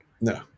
no